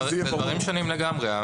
אלה דברים שונים לגמרי.